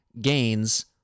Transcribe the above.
gains